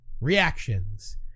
Reactions